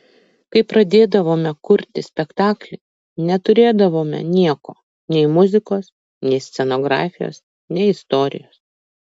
kai pradėdavome kurti spektaklį neturėdavome nieko nei muzikos nei scenografijos nei istorijos